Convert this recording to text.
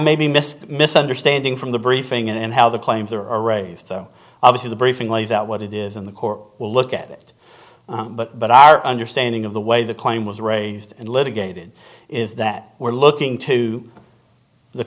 maybe miss miss understanding from the briefing and how the claims are raised so obviously the briefing lays out what it is in the court will look at it but our understanding of the way the claim was raised and litigated is that we're looking to the